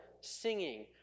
singing